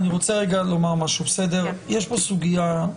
אני רוצה לומר משהו: יש פה סוגיה,